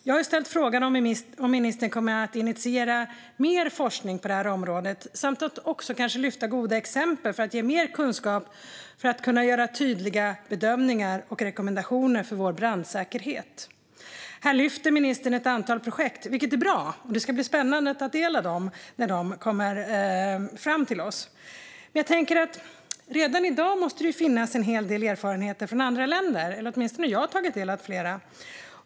Jag har frågat om ministern kommer att initiera mer forskning på detta område samt lyfta fram goda exempel för att ge mer kunskap och för att kunna göra tydliga bedömningar och ge rekommendationer för vår brandsäkerhet. Här lyfter ministern fram ett antal projekt, vilket är bra. Det ska bli spännande att ta del av dem när de kommer fram till oss. Men redan i dag måste det ju finnas en hel del erfarenheter från andra länder - åtminstone har jag tagit del av flera.